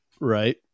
Right